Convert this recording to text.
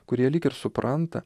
kurie lyg ir supranta